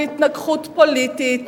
בהתנגחות פוליטית,